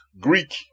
greek